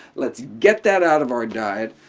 let's get that out of our diet.